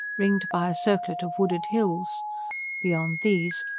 ringed by a circlet of wooded hills beyond these,